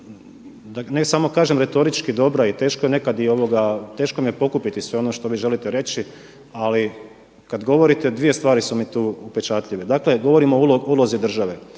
ne samo kažem retorički dobra i teško je nekad, teško mi je pokupiti sve ono što vi želite reći ali kada govorite, dvije stvari su mi tu upečatljive. Dakle govorimo o ulozi države.